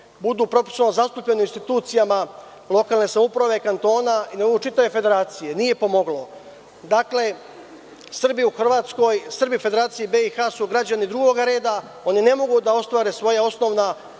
budu proporcionalno zastupljeni u institucijama lokalne samouprave, kantona i čitave federacije? Nije pomoglo. Dakle, Srbi u Hrvatskoj, u Federaciji BiH su građani drugoga reda. Oni ne mogu da ostvare svoja osnovna